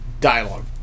dialogue